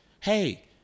Hey